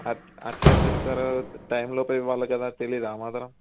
అట్లా ఎట్లా ఇస్తారు టైంలోపే ఇవ్వాలి కదా తెలియదా ఆ మాత్రం